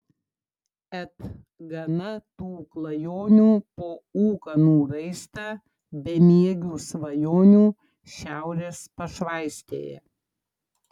et gana tų klajonių po ūkanų raistą bemiegių svajonių šiaurės pašvaistėje